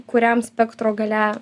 kuriam spektro gale